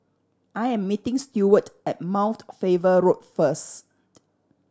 I am meeting Stuart at Mount Faber Road first